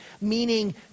meaning